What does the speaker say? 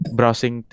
Browsing